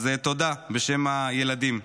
אז תודה בשם הילדים.